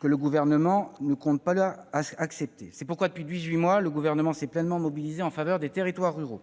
que le Gouvernement ne compte plus accepter. C'est pourquoi depuis dix-huit mois le Gouvernement s'est pleinement mobilisé en faveur des territoires ruraux